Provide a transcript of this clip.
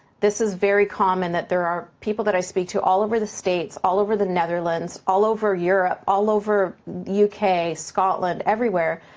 this is very common that there are people that i speak to all over the states, all over the netherlands, all over europe, all over the u k, scotland, everywhere,